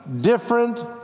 different